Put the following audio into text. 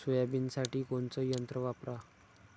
सोयाबीनसाठी कोनचं यंत्र वापरा?